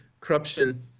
corruption